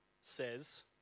says